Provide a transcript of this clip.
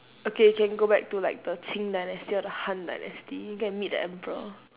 okay you can go back to like the qing dynasty or the han dynasty you can meet the emperor